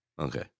Okay